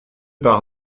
par